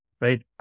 right